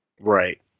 Right